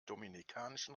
dominikanischen